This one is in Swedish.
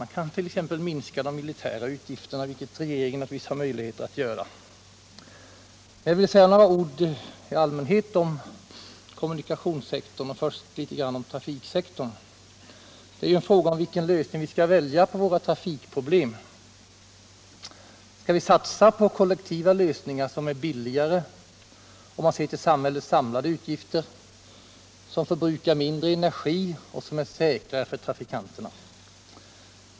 Man kan t.ex. minska de militära utgifterna, vilket regeringen naturligtvis har möjlighet att göra. Jag vill säga några ord om kommunikationssektorn i allmänhet och då först om trafiksektorn. Det är här fråga om vilken lösning vi skall — Nr 7 välja för att komma till rätta med våra trafikproblem. Skall vi satsa på Torsdagen den kollektiva lösningar, som är billigare än om man ser till samhällets sam 13 oktober 1977 lade utgifter, som kräver mindre energi och som är säkrare för trafis oo kanterna?